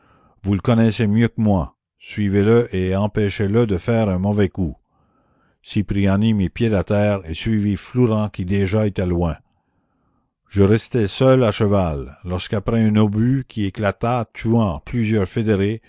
vous le connaissez mieux que moi suivez-le et empêchez le de faire un mauvais coup cipriani mit pied à terre et suivit flourens qui déjà était loin je restais seul à cheval lorsqu'après un obus qui éclata tuant plusieurs fédérés